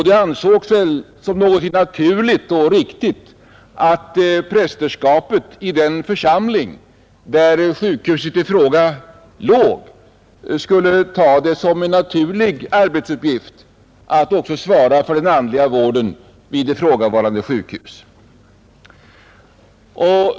Det ansågs väl som någonting naturligt och riktigt att prästerskapet i den församling, där sjukhuset i fråga låg, skulle ta det som en naturlig arbetsuppgift att också svara för den andliga vården vid sjukhuset.